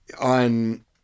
on